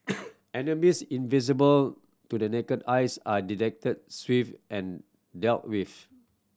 enemies invisible to the naked eyes are detected swift and dealt with